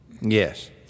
Yes